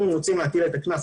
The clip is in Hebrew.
אם הם רוצים להטיל על זה קנס,